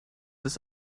des